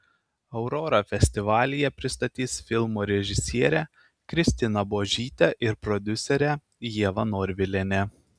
aurorą festivalyje pristatys filmo režisierė kristina buožytė ir prodiuserė ieva norvilienė